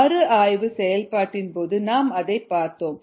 மறுஆய்வு செயல்பாட்டின் போது நாம் அதை பார்த்தோம்